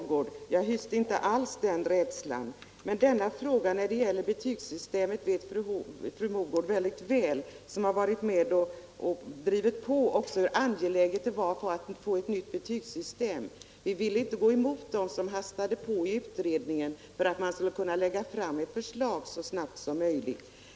Herr talman! Nej, fru Mogård, jag hyste inte alls den rädslan. Men fru Mogård, som varit med och drivit på, vet mycket väl hur angeläget det är att få ett nytt betygssystem. Vi ville inte gå emot'dem som hastade på i utredningen för att man skulle kunna lägga fram ett förslag så fort som möjligt.